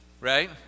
right